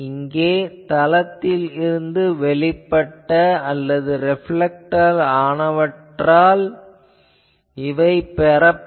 இங்கே தளத்தில் இருந்து வெளிப்பட்ட அல்லது ரேப்லேக்ட் ஆனவற்றால் இவை பெறப்படுகின்றன